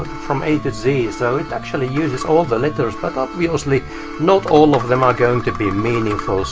from a to z. it so it actually uses all the letters, but obviously not all of them are going to be meaningful.